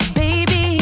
baby